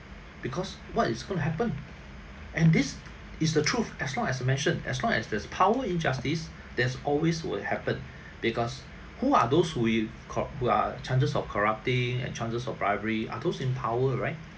because what is going to happen and this is the truth as long as I mentioned as long as there's power injustice there's always will happen because who are those who you cor~ who are chances of corrupting and chances of bribery are those in power right